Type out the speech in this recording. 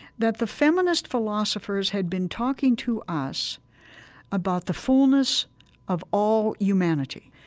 that the feminist philosophers had been talking to us about the fullness of all humanity,